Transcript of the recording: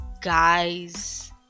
guys